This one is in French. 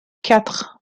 quatre